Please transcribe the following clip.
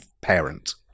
parent